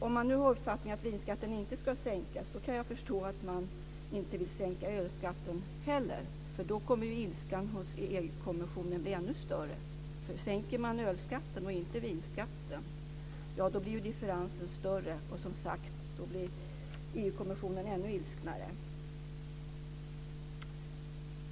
Om man nu har uppfattningen att vinskatten inte ska sänkas kan jag förstå att man inte vill sänka ölskatten heller, för då kommer ilskan hos EG kommissionen att bli ännu större. Sänker man ölskatten och inte vinskatten blir ju differensen större och då blir som sagt EG-kommissionen ännu ilsknare.